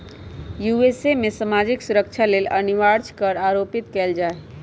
USA में सामाजिक सुरक्षा लेल अनिवार्ज कर आरोपित कएल जा हइ